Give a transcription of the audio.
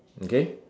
okay